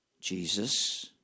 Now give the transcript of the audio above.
Jesus